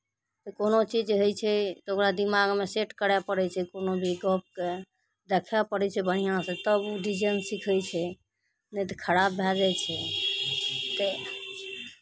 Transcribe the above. तऽ कोनो चीज जे होइ छै ओकरा दिमागमे सेट करय पड़ै छै कोनो भी गप्पकेँ देखय पड़ै छै बढ़िआँसँ तब ओ डिजाइन सीखै छै नहि तऽ खराब भए जाइ छै तऽ